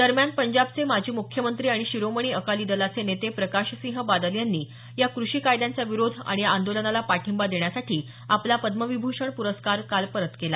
दरम्यान पंजाबचे माजी मुख्यमंत्री आणि शिरोमणी अकाली दलाचे नेते प्रकाशसिंह बादल यांनी या कृषी कायद्यांचा विरोध आणि या आंदोलनाला पाठिंबा देण्यासाठी आपला पद्मविभूषण पुरस्कार काल परत केला